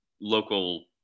local